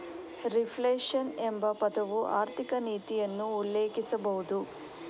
reflation ಎಂಬ ಪದವು ಆರ್ಥಿಕ ನೀತಿಯನ್ನು ಉಲ್ಲೇಖಿಸಬಹುದು